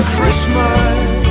Christmas